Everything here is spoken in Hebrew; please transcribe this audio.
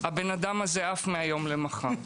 האדם הזה עף מהיום למחר.